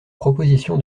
proposition